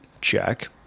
Check